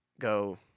go